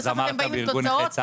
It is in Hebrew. ובסוף אתם באים עם תוצאות,